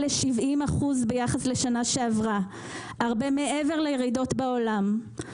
ל-70% ביחס לשנה עברה - הרבה מעבר לירידות בעולם.